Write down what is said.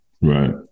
Right